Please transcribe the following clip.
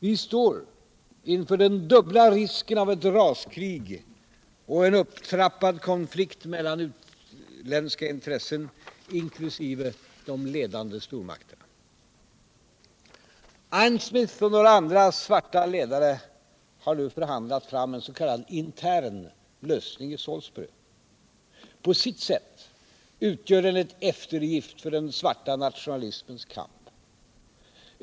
Vi står inför den dubbla risken av ett raskrig och en upptrappad konflikt mellan utländska intressen, inkl. de ledande stormakterna. Ian Smith och några svarta ledare har nu förhandlat fram en s.k. intern lösning i Salisbury. På sitt sätt utgör den en eftergift för den svarta nationalismens kamp.